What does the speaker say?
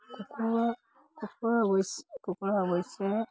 কুকুৰা কুকুৰাৰ অৱশ্য কুকুৰা অৱশ্যে